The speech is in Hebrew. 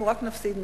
אנחנו רק נפסיד מזה,